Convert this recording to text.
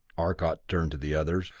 arcot turned to the others.